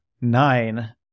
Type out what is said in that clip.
nine